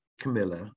Camilla